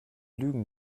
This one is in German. lügen